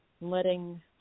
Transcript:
letting